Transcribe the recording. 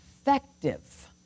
effective